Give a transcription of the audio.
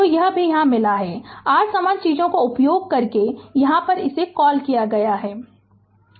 तो यहाँ यह भी मिला कि r समान चीज़ का उपयोग करके यहाँ क्या कॉल करें